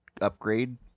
upgrade